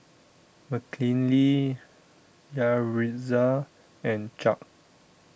Mckinley Yaritza and Chuck